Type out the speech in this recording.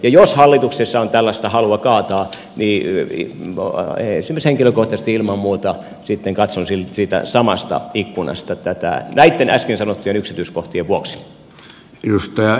jos hallituksessa on tällaista halua kaataa niin esimerkiksi henkilökohtaisesti ilman muuta sitten katson siitä samasta ikkunasta tätä näitten äsken sanottujen yksityiskohtien vuoksi